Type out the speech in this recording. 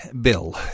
Bill